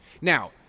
Now